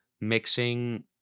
mixing